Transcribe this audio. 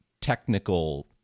technical